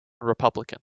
republican